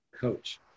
coach